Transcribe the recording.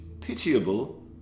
pitiable